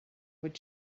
would